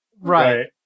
Right